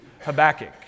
Habakkuk